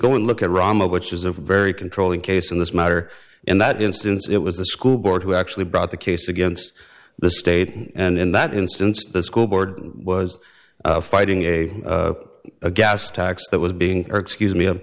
go and look at rama which is a very controlling case in this matter in that instance it was the school board who actually brought the case against the state and in that instance the school board was fighting a a gas tax that was being or excuse me